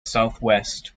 southwest